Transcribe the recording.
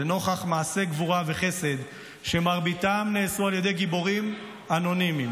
לנוכח מעשי גבורה וחסד שמרביתם נעשו על ידי גיבורים אנונימיים,